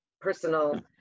personal